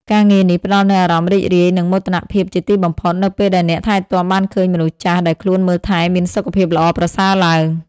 ការងារនេះផ្តល់នូវអារម្មណ៍រីករាយ និងមោទនភាពជាទីបំផុត នៅពេលដែលអ្នកថែទាំបានឃើញមនុស្សចាស់ដែលខ្លួនមើលថែមានសុខភាពល្អប្រសើរឡើង។